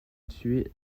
tuer